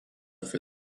for